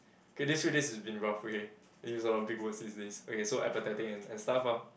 okay these few days is been rough okay use a lot of big words these days okay so apathetic and and stuff ah